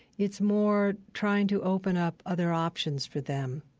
it's more trying to open up other options for them.